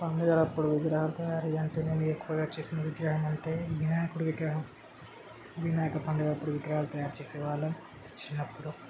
పండుగలప్పుడు విగ్రహాలు తయారీ అంటే నేను ఎక్కువగా చేసిన విగ్రహం అంటే వినాయకుడు విగ్రహం వినాయక పండుగప్పుడు విగ్రహాలు తయారు చేసేవాళ్ళము చిన్నప్పుడు